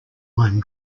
mind